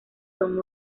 don